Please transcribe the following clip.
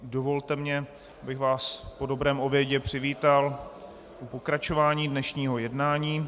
Dovolte mi, abych vás po dobrém obědě přivítal u pokračování dnešního jednání.